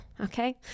Okay